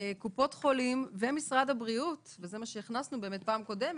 "קופות החולים ומשרד הבריאות" וזה מה שהכנסנו בפעם הקודמת,